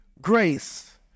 grace